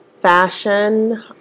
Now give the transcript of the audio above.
Fashion